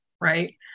right